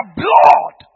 blood